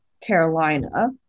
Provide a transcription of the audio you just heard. Carolina